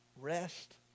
rest